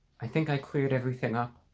i think i cleared everything up.